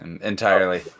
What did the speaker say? entirely